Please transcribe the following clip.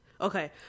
Okay